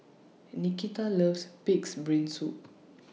Nikita loves Pig'S Brain Soup